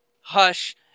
Hush